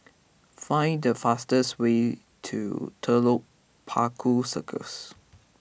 find the fastest way to Telok Paku Circus